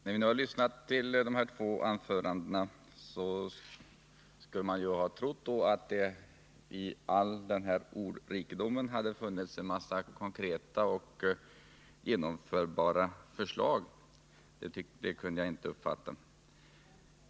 Herr talman! Man skulle kunna tro att det i all den ordrikedom som kännetecknade de två anföranden som vi nu har lyssnat till också skulle finnas en mängd konkreta och genomförbara förslag — men några sådana kunde inte jag uppfatta.